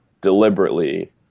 deliberately